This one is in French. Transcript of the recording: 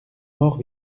morts